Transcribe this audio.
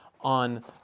on